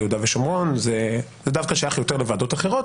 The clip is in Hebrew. יהודה ושומרון זה דווקא שייך יותר לוועדות אחרות,